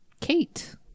Kate